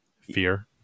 fear